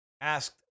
asked